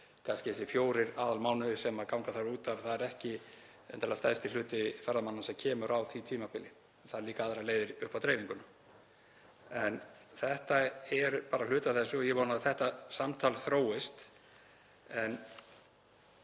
að þessir fjórir aðalmánuðir sem ganga þar út af, það er ekki endilega stærsti hluti ferðamanna sem kemur á því tímabili. Það þarf líka aðrar leiðir upp á dreifinguna. Þetta er bara hluti af þessu og ég vona að þetta samtal þróist.